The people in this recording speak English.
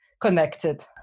connected